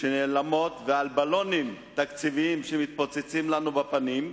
שנעלמות ועל בלונים תקציביים שמתפוצצים לנו בפנים.